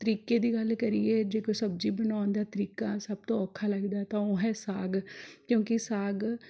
ਤਰੀਕੇ ਦੀ ਗੱਲ ਕਰੀਏ ਜੇ ਕੋਈ ਸਬਜ਼ੀ ਬਣਾਉਣ ਦਾ ਤਰੀਕਾ ਸਭ ਤੋਂ ਔਖਾ ਲੱਗਦਾ ਤਾਂ ਉਹ ਹੈ ਸਾਗ ਕਿਉਂਕਿ ਸਾਗ